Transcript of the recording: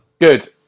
Good